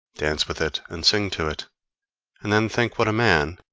dance with it and sing to it and then think what a man,